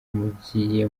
mugiye